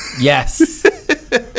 yes